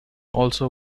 also